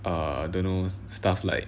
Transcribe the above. err don't know stuff like